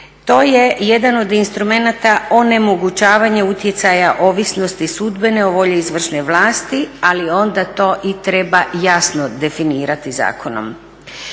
to je jedan od instrumenata onemogućavanja utjecaja ovisnosti sudbene o volji izvršne vlasti, ali onda to i treba jasno definirati zakonom.